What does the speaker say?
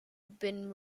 been